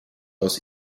aus